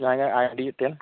ᱡᱟᱦᱟᱸᱭᱟᱜ I D ᱢᱤᱫᱴᱮᱱ